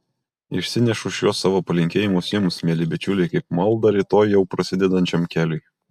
išsinešu šiuos savo palinkėjimus jums mieli bičiuliai kaip maldą rytoj jau prasidedančiam keliui